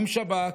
עם שב"כ,